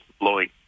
blowing